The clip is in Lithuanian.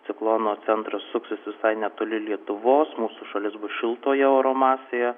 ciklono centras suksis visai netoli lietuvos mūsų šalis bus šiltoje oro masėje